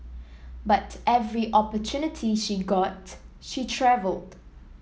but every opportunity she got she travelled